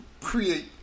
create